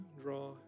draw